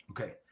Okay